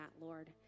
Lord